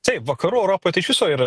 taip vakarų europoj tai iš viso yra